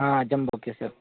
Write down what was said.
હા જમ્બો કેસર